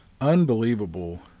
unbelievable